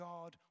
God